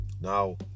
now